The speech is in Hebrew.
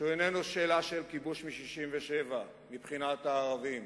שהוא איננו שאלה של כיבוש מ-67' מבחינת הערבים,